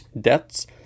deaths